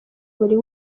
buri